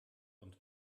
und